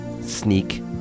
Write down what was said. sneak